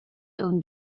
own